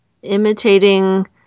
Imitating